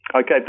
Okay